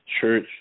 church